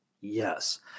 yes